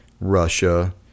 Russia